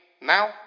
now